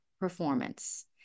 performance